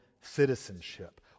citizenship